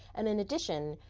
and in addition,